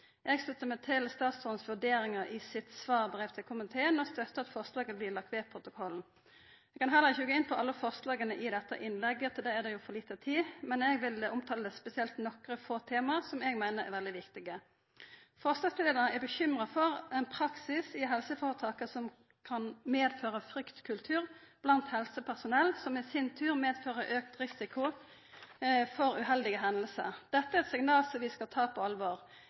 Eg sluttar meg til statsråden sine vurderingar i sitt svarbrev til komiteen og støttar at forslaga blir lagde ved protokollen. Eg kan heller ikkje gå inn på alle forslaga i dette innlegget – til det er det for lite tid. Men eg vil omtala spesielt nokre få tema som eg meiner er veldig viktige. Forslagsstillarane er bekymra for ein praksis i helseføretaka som kan føra med seg ein fryktkultur blant helsepersonell, som i sin tur fører med seg auka risiko for uheldige hendingar. Dette er eit signal som vi skal ta på alvor.